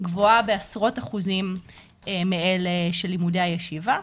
גבוהה בעשרות אחוזים מאלה של לימודי הישיבה.